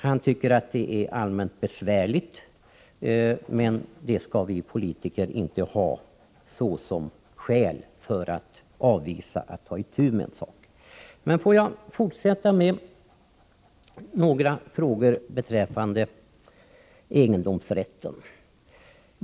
Han tycker att det är allmänt besvärligt med en sådan, men det är inte ett skäl för oss som politiker för att avvisa krav på att man ska ta itu med en uppgift. Låt mig fortsätta med några frågor om egendomsrätten.